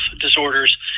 disorders